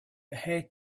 hate